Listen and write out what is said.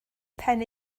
pen